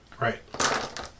Right